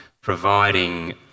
providing